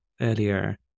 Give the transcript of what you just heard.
earlier